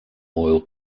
oil